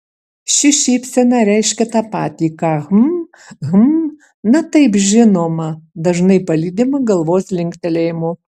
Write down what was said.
ši šypsena reiškia tą patį ką hm hm na taip žinoma dažnai palydima galvos linktelėjimu